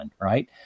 right